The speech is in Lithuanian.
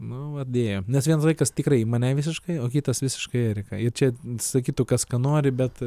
nu va dėjo nes vienas vaikas tikrai į mane visiškai o kitas visiškai įeriką ir čia sakytų kas ką nori bet